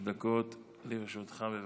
חמש דקות לרשותך, בבקשה.